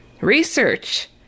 research